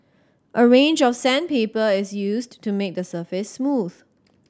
a range of sandpaper is used to make the surface smooth